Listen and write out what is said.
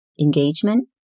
engagement